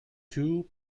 two